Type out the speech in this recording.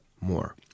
more